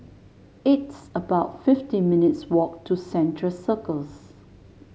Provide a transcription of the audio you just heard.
it's about fifty minutes' walk to Central Circus